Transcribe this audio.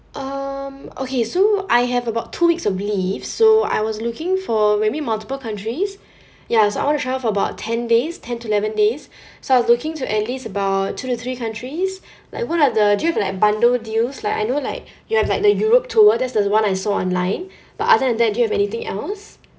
um okay so I have about two weeks of leave so I was looking for maybe multiple countries ya so I want to travel for about ten days ten to eleven days so I was looking to at least about two to three countries like what are the do you have like a bundle deals like I know like you have like the europe tour that's the one I saw online but other than that do you have anything else